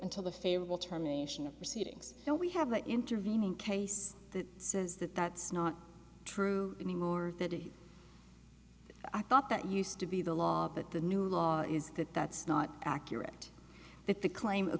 until the favorable terms of proceedings so we have the intervening case that says that that's not true anymore that if i thought that used to be the law that the new law is that that's not accurate that the claim